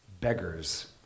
beggars